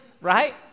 right